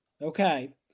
Okay